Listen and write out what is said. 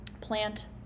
plant